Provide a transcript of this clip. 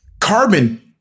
carbon